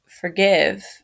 forgive